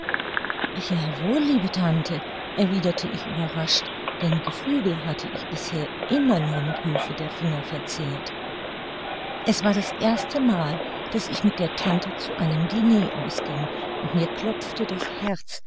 liebe tante erwiderte ich überrascht denn geflügel hatte ich bisher immer nur mit hülfe der finger verzehrt es war das erste mal daß ich mit der tante zu einem diner ausging und mir klopfte das herz